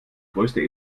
größte